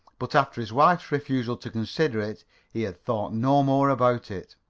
but after his wife's refusal to consider it he had thought no more about it.